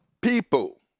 people